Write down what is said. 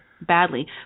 badly